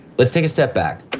let's take a step back.